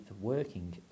working